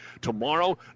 Tomorrow